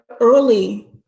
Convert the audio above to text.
early